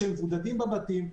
כשהם מבודדים בבתים,